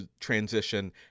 transition